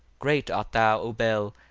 great art thou, o bel,